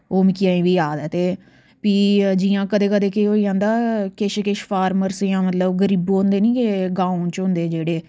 ओह् मिकी अजें बी याद ऐ ते फ्ही जियां कदैं कदैं केह् होई जंदा किश किश फार्मर्स जां मतलव गरीब होंदे निं के गाओं च होंदे जेह्ड़े